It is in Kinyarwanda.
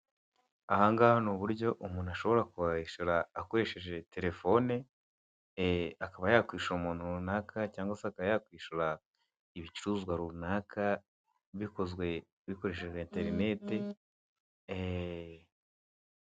Ahangaha n'uburyo umuntu ashobora kwishyura akoresheje telefone, akaba yakwishyura umuntu runaka cyangwa se akaba yakwishyura ibicuruzwa runaka bikoreshejwe enterineti.